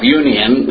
union